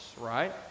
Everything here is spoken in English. right